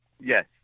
Yes